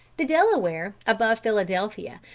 the delaware, above philadelphia,